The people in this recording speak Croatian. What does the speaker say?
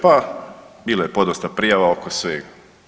Pa bilo je podosta prijava oko svega.